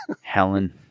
helen